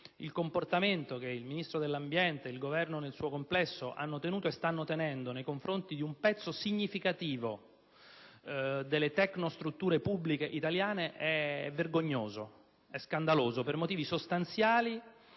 il comportamento che il Ministro dell'ambiente e il Governo nel suo complesso hanno tenuto e stanno tenendo nei confronti di un pezzo significativo delle tecnostrutture pubbliche italiane sia davvero vergognoso e scandaloso, per motivi sostanziali